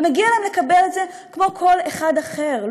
ומגיע להם לקבל את זה כמו כל אחד אחר.